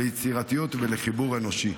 ליצירתיות ולחיבור אנושי.